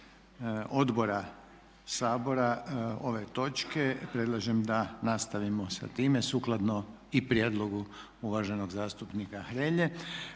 odbora Sabora ove točke predlažem da nastavimo sa time sukladno i prijedlogu uvaženog zastupnika Hrelje,